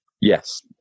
Yes